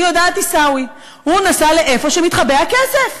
אני יודעת, עיסאווי, הוא נסע לאיפה שמתחבא הכסף.